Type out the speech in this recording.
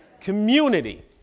Community